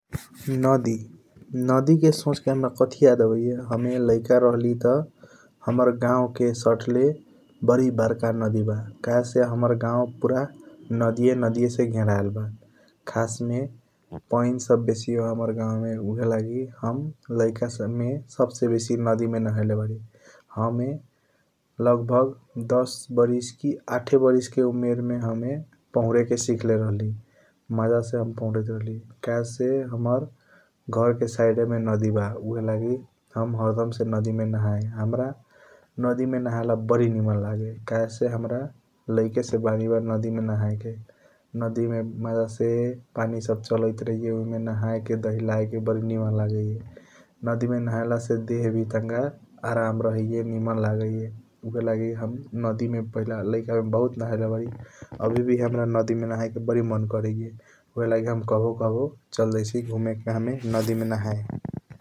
नदी नदी के सोच के हाम्रा कथी याद आबाइया हमे लैका राहली त हाम्रा गऊ के सतले बारी बरका नदी बा । कहेसे हाम्रा गऊ पूरा नदिया नदिया से घेरायल बा खसस मे पाईन सब बेसी बा हाम्रा गऊ मे ऊहएलगी हम लैका मे । सब से बेसी नदी मे नहायले बारी हमे लग भाग दस बरिस की आठ बरिस के उमेर मे हमे पहुरए के सिख लेले राहली । मज़ा से हम पहुरैत रहली कहेसे हाम्रा घर से साइड मे नदी बा ऊहएलगी हमर दम से नदी मे नहया हाम्रा नदी मे नहेला बारी निमन लगे । कहेसे हाम्रा लाइके से बनी बा नदी मे नहायके नदी मे पनि सब चलाइट रहैया उहे नहाया के दहिलय के बारी निमन लागैया । नदी मे नहला से देह वी टंक आराम रहैया निमन लगिएय ऊहएलगी हम नदी मे पहिला लाइक मे बहुत नहायले बारी । आवी वी हाम्रा नदी मे नहया के बारी मन करैया ऊहएलगी हम काबों काबों चल जैसी ग़म के नदी मे नहया ।